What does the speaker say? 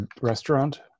restaurant